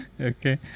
Okay